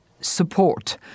support